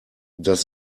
das